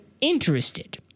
interested